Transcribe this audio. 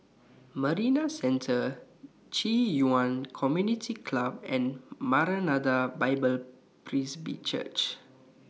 Marina Centre Ci Yuan Community Club and Maranatha Bible Presby Church